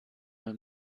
mal